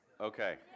Okay